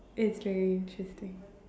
it's very interesting